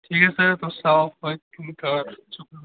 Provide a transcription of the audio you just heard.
ठीक ऐ सर तुस आओ